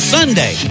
Sunday